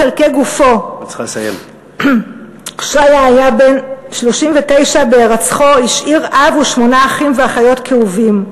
אמנון היה בן 46, והותיר אלמנה ושלושה יתומים.